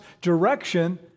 direction